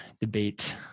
debate